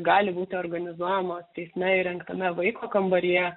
gali būti organizuojama teisme įrengtame vaiko kambaryje